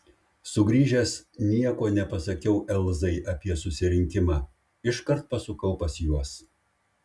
sugrįžęs nieko nepasakiau elzai apie susirinkimą iškart pasukau pas juos